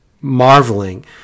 marveling